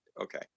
Okay